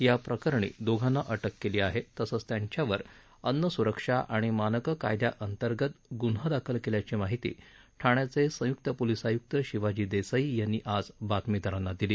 या प्रकरणी दोघांना अटकही केली आहे तसंच त्यांच्यावर अन्न सुरक्षा आणि मानकं कायद्याअंतर्गत गुन्हा दाखल केल्याची माहिती ठाण्याचे संयुक्त पोलीस आयुक्त शिवाजी देसाई यांनी आज बातमीदारांना दिली